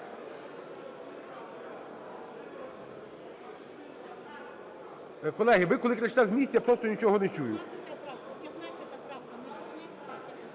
Колеги, ви коли кричите з місця, я просто нічого не чую.